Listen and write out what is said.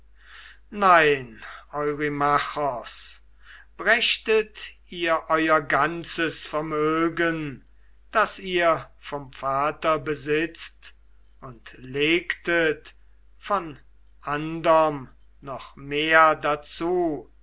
eurymachos brächtet ihr euer ganzes vermögen das ihr vom vater besitzt und legtet von anderm noch mehr zu